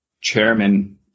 chairman